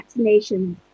vaccinations